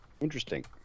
Interesting